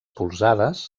polzades